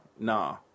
Nah